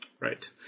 Right